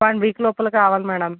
one week లోపల కావాలి madam